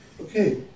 Okay